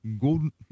Golden